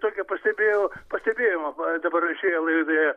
tokią pastebėjau pastebėjimą dabar šioje laidoje